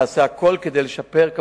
נעשה הכול כדי לשפר את